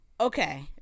Okay